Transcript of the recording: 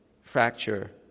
fracture